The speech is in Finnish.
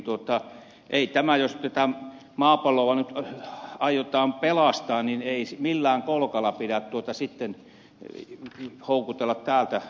jos tätä maapalloa nyt aiotaan pelastaa niin ei millään kolkalla pidä sitten houkutella täältä